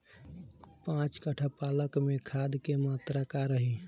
पाँच कट्ठा पालक में खाद के मात्रा का रही?